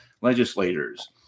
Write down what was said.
legislators